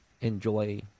enjoy